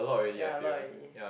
ya a lot already